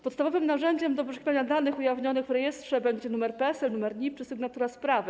Podstawowym narzędziem do poszukiwania danych ujawnionych w rejestrze będzie numer PESEL, numer NIP czy sygnatura sprawy.